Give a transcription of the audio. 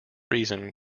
reason